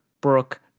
Brooke